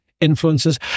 influences